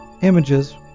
images